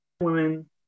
women